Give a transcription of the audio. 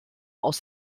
aus